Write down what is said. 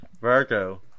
Virgo